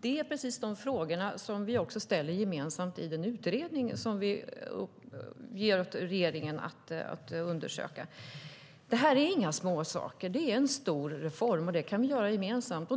Det är precis de frågor som vi också ställer gemensamt i den utredning som regeringen har tillsatt och som undersöker detta. Detta är inte några småsaker. Det är en stor reform, och den kan vi göra gemensamt.